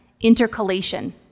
Intercalation